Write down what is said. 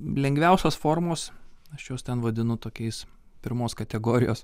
lengviausios formos aš juos ten vadinu tokiais pirmos kategorijos